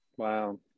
wow